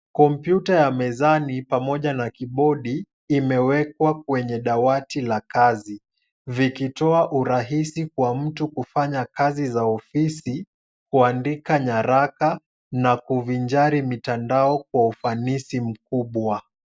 Kompyuta ya mezani pamoja na kibodi imewekwa kwenye dawati la kazi, vikitoa urahisi kwa mtu kufanya kazi za ofisi, kuandika nyaraka na kuvinjari mtandao kwa ufanisi mkubwa.